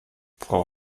frau